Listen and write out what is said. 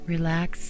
Relax